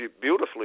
beautifully